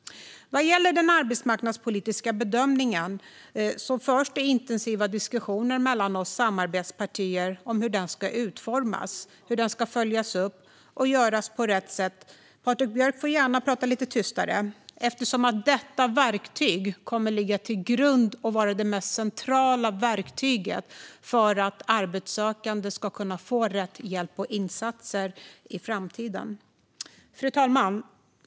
Vad gäller den arbetsmarknadspolitiska bedömningen förs det intensiva diskussioner mellan oss samarbetspartier om hur den ska utformas, följas upp och göras på rätt sätt - Patrik Björck får gärna prata lite tystare. Detta kommer ju att vara det mest centrala verktyget för att arbetssökande ska kunna få rätt hjälp och insatser i framtiden. Fru talman!